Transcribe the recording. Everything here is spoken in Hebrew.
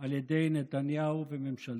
על ידי נתניהו וממשלתו,